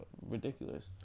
ridiculous